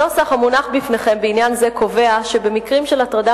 הנוסח המונח בפניכם בעניין זה קובע שבמקרים של הטרדה